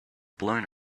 blown